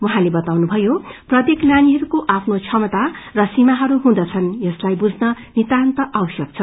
उहाँले बताउनुभयो प्रत्येक नानीहरूको आफ्नो क्षमता र सीमाहरू हुन्छन् जसलाई बुझ्न नितान्त आवश्यक छ